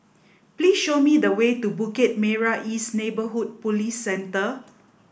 please show me the way to Bukit Merah East Neighbourhood Police Centre